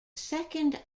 second